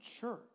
church